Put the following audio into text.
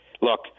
Look